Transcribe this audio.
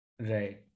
Right